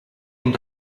and